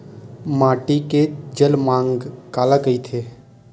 माटी के जलमांग काला कइथे?